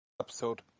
episode